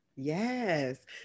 Yes